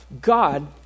God